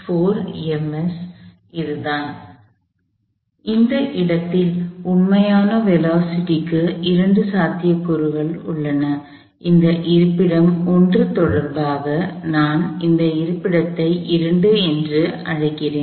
எனவே இந்த இடத்தில் உண்மையான வேலோஸிட்டி கு இரண்டு சாத்தியக்கூறுகள் உள்ளன இந்த இருப்பிடம் 1 தொடர்பாக நான் இந்த இருப்பிடத்தை 2 என்று அழைக்கிறேன்